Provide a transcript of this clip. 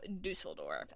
Dusseldorf